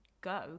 go